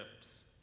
gifts